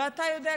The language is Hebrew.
ואתה יודע,